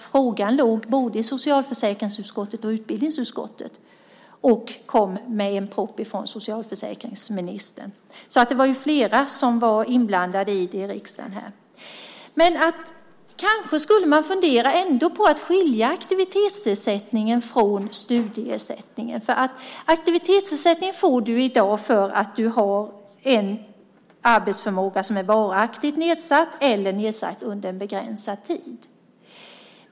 Frågan låg både hos socialförsäkringsutskottet och hos utbildningsutskottet, och propositionen kom från socialförsäkringsministern. Det var alltså många som var inblandade i det här i riksdagen. Kanske skulle man ändå fundera på att skilja aktivitetsersättningen från studieersättningen. Aktivitetsersättningen får du i dag när din arbetsförmåga är varaktigt nedsatt eller nedsatt under en begränsad tid.